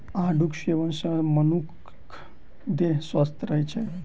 आड़ूक सेवन सॅ मनुखक देह स्वस्थ रहैत अछि